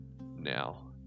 now